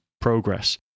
progress